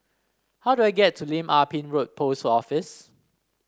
how do I get to Lim Ah Pin Road Post Office